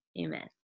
amen